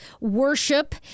worship